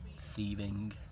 thieving